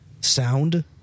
sound